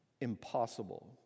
impossible